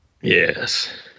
Yes